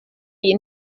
iyi